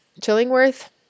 Chillingworth